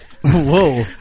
Whoa